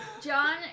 John